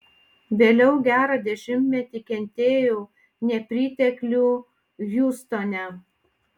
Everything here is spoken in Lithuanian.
vėliau gerą dešimtmetį kentėjau nepriteklių hjustone